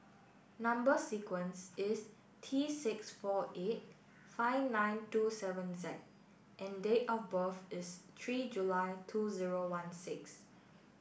number sequence is T six four eight five nine two seven Z and date of birth is three July two zero one six